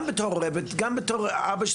גם בתור מורה וגם בתור אבא,